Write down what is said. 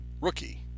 rookie